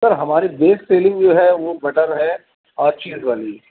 سر ہماری best selling جو ہے وہ بٹر ہے اور چیز والی ہے